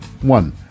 one